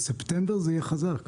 בספטמבר זה יהיה חזק.